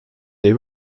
they